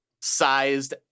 sized